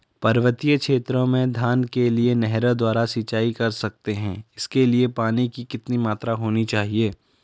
पर्वतीय क्षेत्रों में धान के लिए नहरों द्वारा सिंचाई कर सकते हैं इसके लिए पानी की कितनी मात्रा होनी चाहिए?